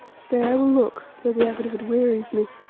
stay, i will look, though the effort of it wearies me,